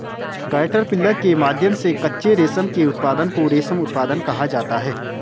caterpillar के माध्यम से कच्चे रेशम के उत्पादन को रेशम उत्पादन कहा जाता है